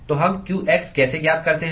तो हम qx कैसे ज्ञात करते हैं